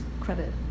Credit